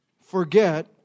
forget